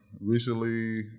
recently